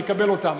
נקבל אותן,